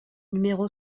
numéro